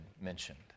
mentioned